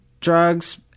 drugs